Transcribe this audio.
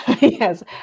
Yes